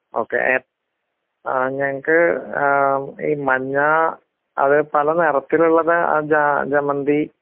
okay ഞങ്ങള്ക്ക് ഈ മഞ്ഞ അത് പല നിറത്തിലുള്ളത് ജമന്തി